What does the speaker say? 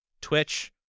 Twitch